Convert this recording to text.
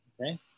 okay